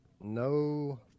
No